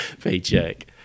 paycheck